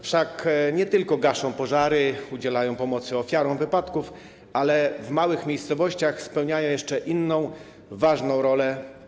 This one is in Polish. Wszak nie tylko gaszą pożary, udzielają pomocy ofiarom wypadków, ale w małych miejscowościach spełniają jeszcze inną ważną rolę.